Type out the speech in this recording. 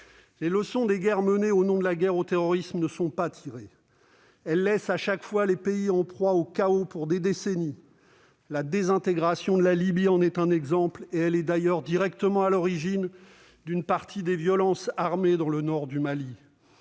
Les leçons des guerres menées au nom de la « guerre contre le terrorisme » ne sont pas tirées. Chaque fois, les pays sont laissés en proie au chaos pour des décennies. La désintégration de la Libye en est un exemple. Elle est d'ailleurs directement à l'origine d'une partie des violences armées dans le nord du Mali.